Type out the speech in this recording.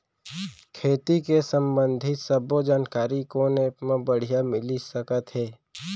खेती के संबंधित सब्बे जानकारी कोन एप मा बढ़िया मिलिस सकत हे?